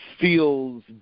feels